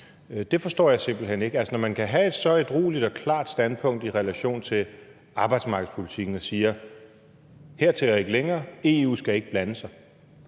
Det forstår jeg simpelt hen ikke. Altså, man kan have et så ædrueligt og klart standpunkt i relation til arbejdsmarkedspolitikken og sige: Hertil og ikke længere! EU skal ikke blande sig.